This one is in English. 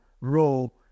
role